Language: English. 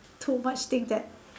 too much thing that